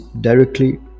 directly